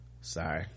sorry